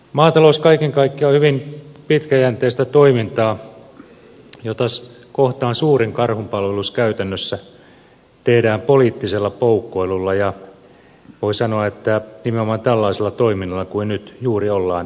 maatalous kaiken kaikkiaan on hyvin pitkäjänteistä toimintaa jota kohtaan suurin karhunpalvelus käytännössä tehdään poliittisella poukkoilulla ja voi sanoa että nimenomaan tällaisella toiminnalla kuin nyt juuri ollaan tekemässä